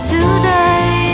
Today